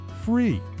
free